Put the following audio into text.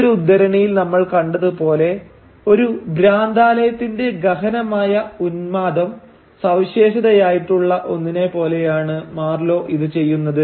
ഈ ഒരു ഉദ്ധരണിയിൽ നമ്മൾ കണ്ടത് പോലെ ഒരു ഭ്രാന്താലയത്തിന്റെ ഗഹനമായ ഉന്മാദം സവിശേഷതയായിട്ടുള്ള ഒന്നിനെ പോലെയാണ് മാർലോ ഇത് ചെയ്യുന്നത്